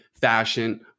fashion